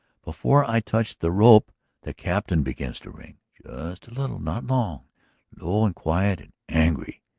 before i touch the rope the captain begins to ring! just a little not long low and quiet and. angry!